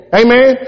amen